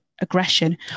aggression